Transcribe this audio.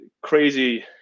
crazy